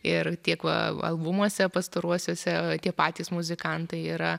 ir tiek va albumuose pastaruosiuose tie patys muzikantai yra